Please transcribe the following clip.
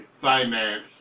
finance